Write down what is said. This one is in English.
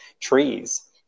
trees